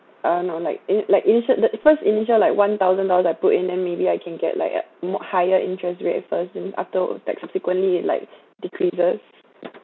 uh no like ini~ like initial the first initial like one thousand dollars I put in then maybe I can get like a more higher interest rate at per cent after like subsequently like decreases